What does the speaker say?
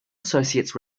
associates